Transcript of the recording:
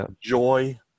joy